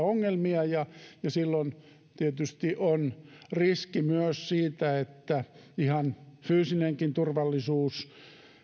ongelmia ja silloin tietysti on riski myös siitä että ihan fyysinenkin turvallisuus